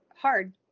hard